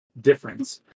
difference